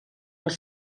les